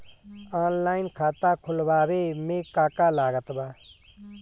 Online खाता खुलवावे मे का का लागत बा?